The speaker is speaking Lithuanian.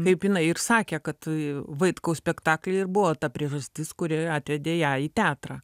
kaip jinai ir sakė kad vaitkaus spektakliai ir buvo ta priežastis kuri atvedė ją į teatrą